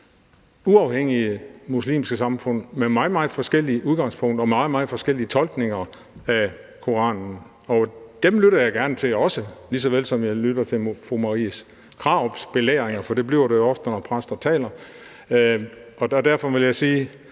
uafhængige muslimske trossamfund med meget forskellige udgangspunkter og meget forskellige tolkninger af Koranen. Dem lytter jeg gerne til, ligesom jeg lytter til fru Marie Krarups belæringer, for det bliver det jo ofte, når præster taler. Derfor er det,